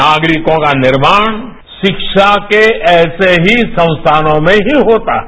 नागरिकों का निर्माण शिक्षा के ऐसे ही संस्थानों में ही होता है